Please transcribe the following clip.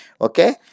Okay